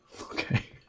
Okay